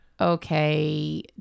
Okay